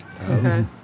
Okay